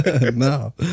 No